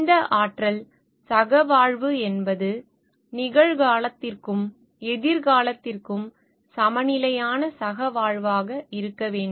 இந்த ஆற்றல் சகவாழ்வு என்பது நிகழ்காலத்திற்கும் எதிர்காலத்திற்கும் சமநிலையான சகவாழ்வாக இருக்க வேண்டும்